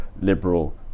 liberal